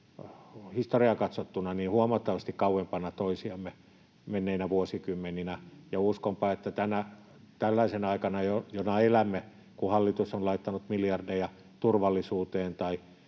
historiaan katsottuna huomattavasti kauempana toisiamme menneinä vuosikymmeninä. Ja uskonpa, että tällaisena aikana, jona elämme, kun hallitus on laittanut miljardeja turvallisuuteen tai